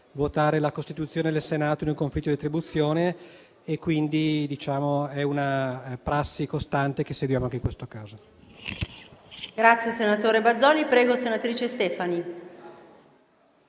la costituzione del Senato in un conflitto distribuzione. È una prassi costante che seguiamo anche in questo caso.